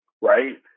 right